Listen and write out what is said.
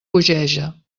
bogeja